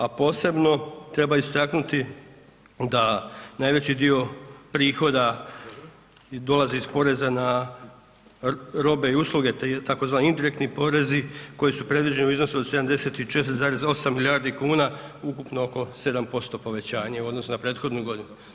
A posebno treba istaknuti da najveći dio prihoda dolazi iz poreza na robe i usluge tzv. indirektni porezi koji su predviđeni u iznosu od 74,8 milijardi kuna ukupno oko 7% povećanje u odnosu na prethodnu godinu.